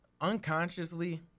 unconsciously